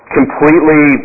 completely